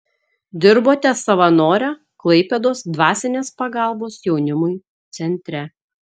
dirbote savanore klaipėdos dvasinės pagalbos jaunimui centre